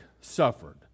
suffered